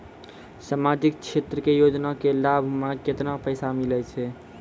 समाजिक क्षेत्र के योजना के लाभ मे केतना पैसा मिलै छै?